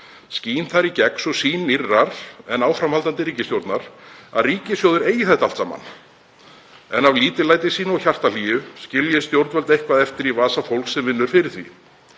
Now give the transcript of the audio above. Skín þar í gegn sú sýn nýrrar en áframhaldandi ríkisstjórnar að ríkissjóður eigi þetta allt saman en af lítillæti sínu og hjartahlýju skilji stjórnvöld eitthvað eftir í vasa fólksins sem vinnur fyrir því.